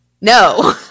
No